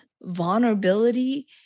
vulnerability